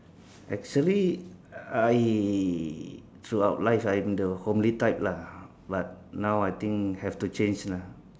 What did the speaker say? actually I throughout life I'm the homely type lah but now I think have to change lah